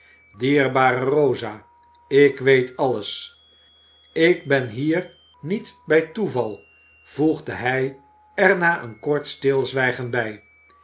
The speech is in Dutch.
dierbare rosa ik weet alles ik ben hier niet bij toeval voegde hij er na een kort stilzwijgen bij